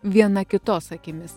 viena kitos akimis